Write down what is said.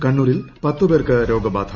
കണ്ണൂരിൽ പത്ത് പേർക്ക് രോഗബാധ